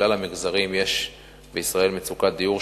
בכלל המגזרים בישראל יש מצוקת דיור,